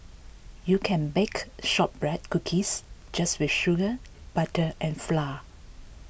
you can bake Shortbread Cookies just with sugar butter and flour